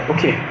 Okay